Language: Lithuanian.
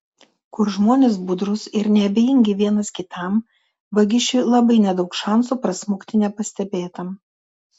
kur žmonės budrūs ir neabejingi vienas kitam vagišiui labai nedaug šansų prasmukti nepastebėtam